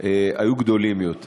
היו גדולים יותר.